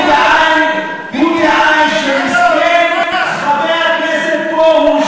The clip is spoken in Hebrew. הוא טען שמסכן חבר הכנסת פרוש,